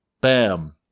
Bam